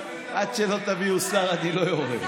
עד שלא תביאו שר אני לא יורד.